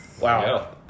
Wow